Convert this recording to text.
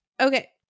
Okay